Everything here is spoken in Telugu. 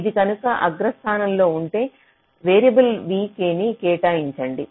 ఇది కనుక అగ్రస్థానంలో ఉంటే వేరియబుల్ vk ని కేటాయించండి